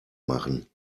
machen